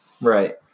Right